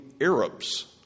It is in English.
Arabs